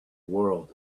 world